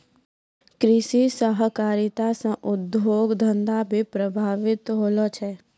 कृषि सहकारिता से उद्योग धंधा भी प्रभावित होलो छै